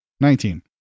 nineteen